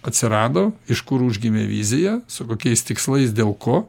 atsirado iš kur užgimė vizija su kokiais tikslais dėl ko